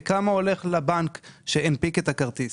וכמה הולך לבנק שהנפיק את הכרטיס.